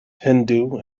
hindu